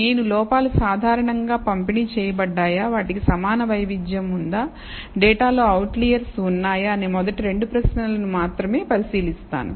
నేను లోపాలు సాధారణంగా పంపిణీ చేయబడ్డాయా వాటికి సమాన వైవిధ్యం ఉందా డేటాలో అవుట్లెర్స్ ఉన్నాయా అనే మొదటి రెండు ప్రశ్నలు మాత్రమే పరిశీలిస్తాను